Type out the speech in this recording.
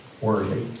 worthy